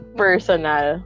personal